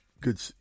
Good